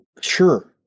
sure